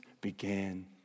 began